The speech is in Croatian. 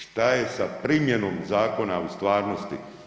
Šta je sa primjenom zakona u stvarnosti?